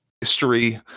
history